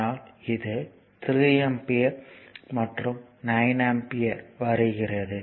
ஆனால் இதில் 3 ஆம்பியர் மற்றும் 9 ஆம்பியர் வருகிறது